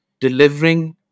delivering